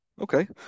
Okay